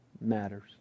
matters